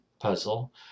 puzzle